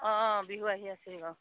অঁ বিহু আহি আছে বাৰু